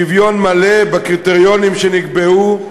שוויון מלא בקריטריונים שנקבעו,